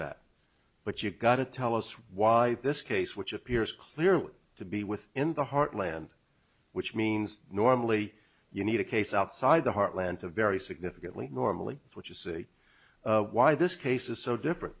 that but you've got to tell us why this case which appears clearly to be with in the heartland which means normally you need a case outside the heartland to very significantly normally which is why this case is so different